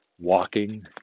walking